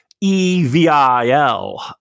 EVIL